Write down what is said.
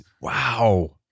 Wow